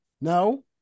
no